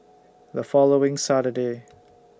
The following Saturday